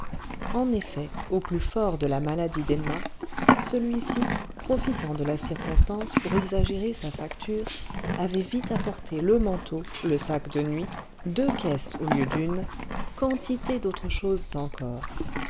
en effet au plus fort de la maladie d'emma celui-ci profitant de la circonstance pour exagérer sa facture avait vite apporté le manteau le sac de nuit deux caisses au lieu d'une quantité d'autres choses encore